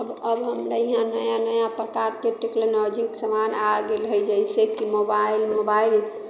अब अब हमरा इहाँ नया नया प्रकारकेँ टेक्नोलॉजीक समान आ गेल हइ जइसे कि मोबाइल मोबाइल